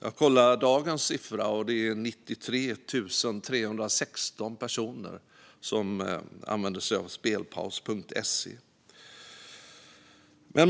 Jag kollade dagens siffra, och det är 93 316 personer som använder sig av spelpaus.se.